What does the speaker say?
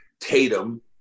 Tatum